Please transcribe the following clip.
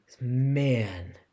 Man